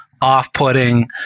off-putting